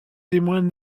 témoin